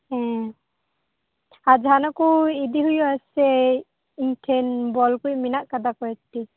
ᱦᱮᱸ ᱟᱨ ᱡᱟᱦᱟᱱᱟᱜ ᱠᱚ ᱤᱫᱤ ᱦᱩᱭᱩᱜᱼᱟ ᱥᱮ ᱪᱮᱫ ᱤᱧ ᱴᱷᱮᱡ ᱵᱚᱞ ᱠᱚ ᱢᱮᱱᱟᱜ ᱠᱟᱫᱟ ᱠᱚᱭᱮᱠ ᱴᱤ